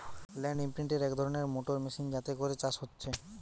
land ইমপ্রিন্টের এক ধরণের মোটর মেশিন যাতে করে চাষ হচ্ছে